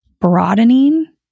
broadening